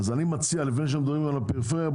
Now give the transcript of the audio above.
לפני שמדברים על הפריפריה,